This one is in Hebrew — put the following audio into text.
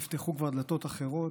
נפתחו כבר דלתות אחרות.